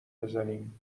بزنیم